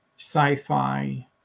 sci-fi